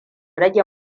rage